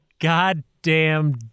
goddamn